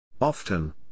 Often